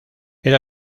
era